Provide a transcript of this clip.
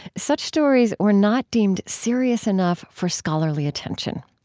such stories were not deemed serious enough for scholarly attention.